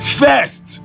first